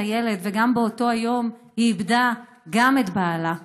הילד וגם באותו יום היא איבדה את בעלה.